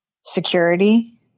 security